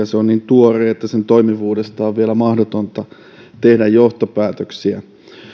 se on niin tuore että sen toimivuudesta on vielä mahdotonta tehdä johtopäätöksiä